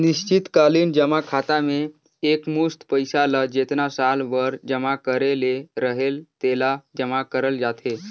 निस्चित कालीन जमा खाता में एकमुस्त पइसा ल जेतना साल बर जमा करे ले रहेल तेला जमा करल जाथे